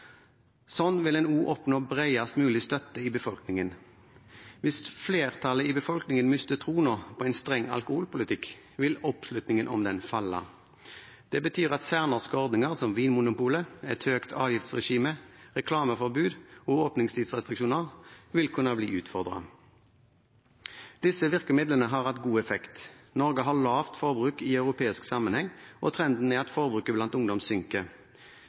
Sånn vil en også oppnå bredest mulig støtte i befolkningen. Hvis flertallet i befolkningen mister troen på en streng alkoholpolitikk, vil oppslutningen om den falle. Det betyr at særnorske ordninger som Vinmonopolet, et høyt avgiftsregime, reklameforbud og åpningstidsrestriksjoner vil kunne bli utfordret. Disse virkemidlene har hatt god effekt. Norge har lavt forbruk i europeisk sammenheng, og trenden er at forbruket blant ungdom synker.